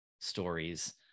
stories